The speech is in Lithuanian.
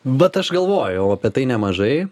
vat aš galvojau apie tai nemažai